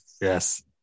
Yes